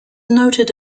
noted